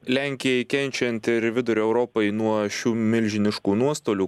lenkijai kenčiant ir vidurio europai nuo šių milžiniškų nuostolių